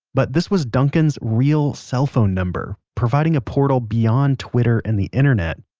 but this was duncan's real cell phone number providing a portal beyond twitter and the internet.